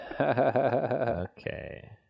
Okay